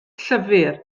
llyfr